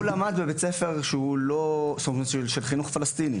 הוא למד בבית ספר עם חינוך פלסטיני.